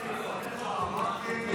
אמרתי,